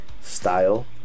style